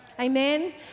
Amen